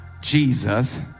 Jesus